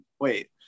wait